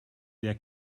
der